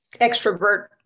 extrovert